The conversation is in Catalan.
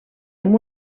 amb